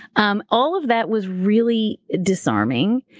um all of that was really disarming,